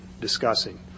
discussing